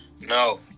No